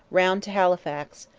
round to halifax,